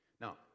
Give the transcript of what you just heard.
Now